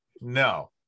No